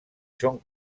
són